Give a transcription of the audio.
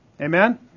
Amen